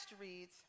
reads